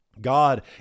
God